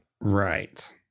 Right